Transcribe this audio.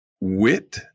Wit